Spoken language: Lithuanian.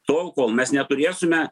tol kol mes neturėsime